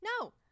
No